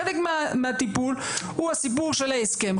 חלק מהטיפול הוא הסיפור של ההסכם,